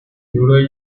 euler